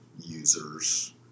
users